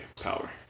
Power